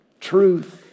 Truth